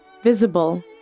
Visible